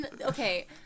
Okay